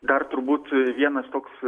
dar turbūt vienas toks